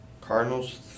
Cardinals